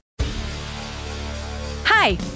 Hi